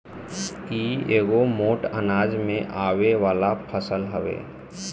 इ एगो मोट अनाज में आवे वाला फसल हवे